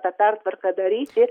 tą pertvarką daryti